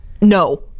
No